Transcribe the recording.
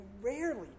rarely